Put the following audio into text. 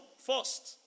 first